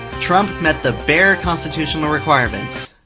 trump met the bare constitutional requirements.